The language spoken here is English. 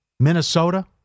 Minnesota